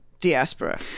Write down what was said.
diaspora